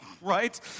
right